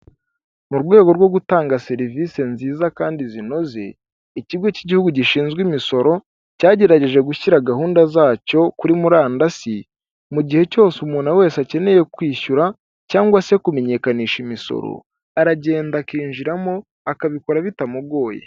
Mu rwego rwo gutanga serivisi nziza kandi zinoze ikigo cy'igihugu gishinzwe imisoro cyagerageje gushyira gahunda zacyo kuri murandasi mu gihe cyose umuntu wese akeneye kwishyura cyangwa se kumenyekanisha imisoro, aragenda akinjiramo akabikora bitamugoye.